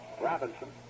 Robinson